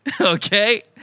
Okay